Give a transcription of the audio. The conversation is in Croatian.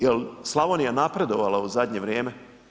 Jel Slavonija napredovala u zadnje vrijeme?